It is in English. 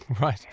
Right